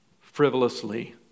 frivolously